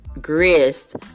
grist